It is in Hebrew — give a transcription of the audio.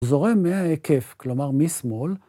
זורם מההיקף, כלומר משמאל.